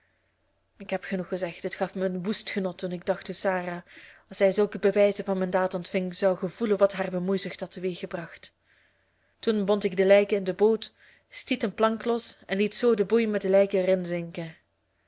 ik heb genoeg gezegd het gaf mij een woest genot toen ik dacht hoe sarah als zij zulke bewijzen van mijn daad ontving zou gevoelen wat haar bemoeizucht had teweeggebracht toen bond ik de lijken in de boot stiet een plank los en liet zoo de boei met de lijken